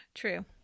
True